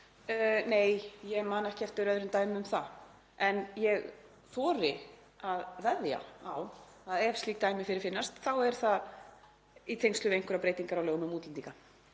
Nei, ég man ekki eftir öðrum dæmum um það. En ég þori að veðja á að ef slík dæmi fyrirfinnast er það í tengslum við einhverjar breytingar á lögum um útlendinga;